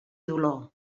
dolor